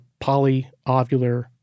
polyovular